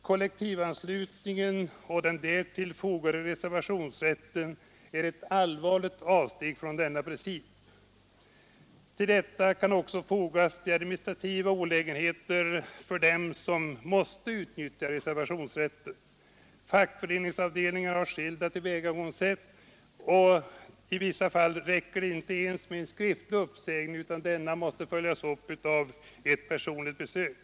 Kollektivanslutningen och den därtill fogade reservationsrätten är ett allvarligt avsteg från denna princip. Till detta kan också fogas de administrativa olägenheterna för den som måste utnyttja reservationsrätten. Fackföreningsavdelningarna har skilda tillvägagångssätt i detta avseende. I vissa fall räcker det inte ens med en skriftlig uppsägning utan en sådan måste följas upp med ett personligt besök.